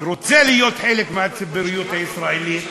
שרוצה להיות חלק מהציבוריות הישראלית,